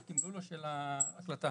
ככל ששירותי תקשורת ניתנים מרחוק כבר בשגרה,